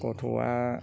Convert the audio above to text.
गथ'आ